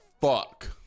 fuck